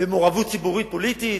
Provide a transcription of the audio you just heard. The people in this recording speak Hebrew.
במעורבות ציבורית פוליטית,